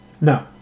No